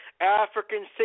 African